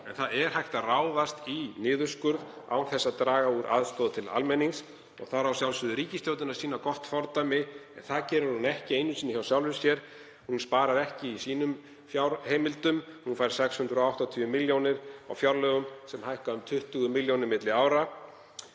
En það er hægt að ráðast í niðurskurð án þess að draga úr aðstoð til almennings. Þar á ríkisstjórnin að sjálfsögðu að sýna gott fordæmi en það gerir hún ekki einu sinni hjá sjálfri sér. Hún sparar ekki í sínum fjárheimildum. Hún fær 680 milljónir á fjárlögum sem hækka um 20 milljónir milli ára